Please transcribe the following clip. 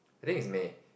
I think it's May